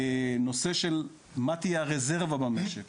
הנושא של מה תהיה הרזרבה במשק,